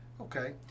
Okay